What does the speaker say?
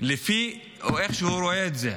לפי איך שהוא רואה את זה.